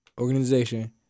organization